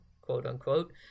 quote-unquote